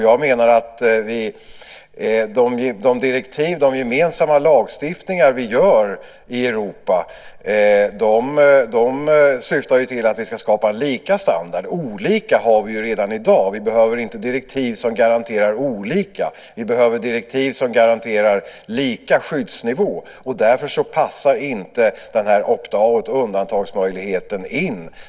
Jag menar att de direktiv och de gemensamma lagstiftningar vi gör i Europa syftar till att vi ska skapa lika standard. Olika har vi ju redan i dag. Vi behöver inte direktiv som garanterar olika - vi behöver direktiv som garanterar lika skyddsnivå. Därför passar inte undantagsmöjligheten, opt out , in.